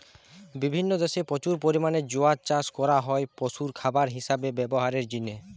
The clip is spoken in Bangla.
বিভিন্ন দেশে প্রচুর পরিমাণে জোয়ার চাষ করা হয় পশুর খাবার হিসাবে ব্যভারের জিনে